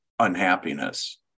unhappiness